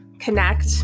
connect